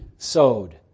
sowed